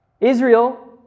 Israel